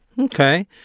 Okay